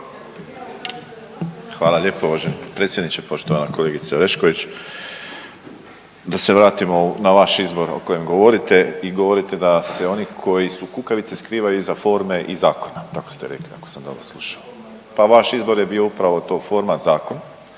Hvala lijepo uvaženi predsjedniče, poštovana kolegice Orešković. Da se vratimo na vaš izbor o kojem govorite i govorite da se oni koji su kukavice skrivaju iza forme i zakona tako ste rekli ako sam dobro slušao. Pa vaš izbor je bio upravo to, forma zakon.